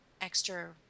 extra